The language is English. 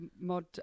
Mod